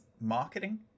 marketing